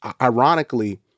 ironically